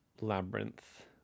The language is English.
labyrinth